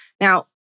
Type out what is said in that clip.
Now